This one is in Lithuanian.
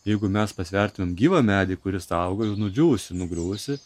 jeigu mes pasvertumėm gyvą medį kuris auga jau nudžiūvusį nugriuvusį